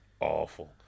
awful